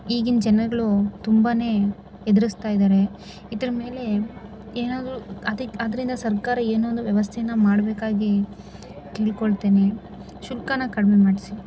ಈಗಿನ ಜನಗಳು ತುಂಬ ಎದುರಿಸ್ತಾ ಇದ್ದಾರೆ ಇದರ ಮೇಲೆ ಏನಾದ್ರೂ ಅದಕ್ ಅದರಿಂದ ಸರ್ಕಾರ ಏನಾದ್ರೂ ವ್ಯವಸ್ಥೆಯನ್ನು ಮಾಡಬೇಕಾಗಿ ಕೇಳಿಕೊಳ್ತೇನೆ ಶುಲ್ಕನ ಕಡಿಮೆ ಮಾಡಿಸಿ